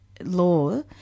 law